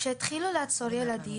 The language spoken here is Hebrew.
כשהתחילו לעצור ילדים,